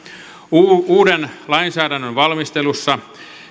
uuden lainsäädännön valmistelussa